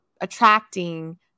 attracting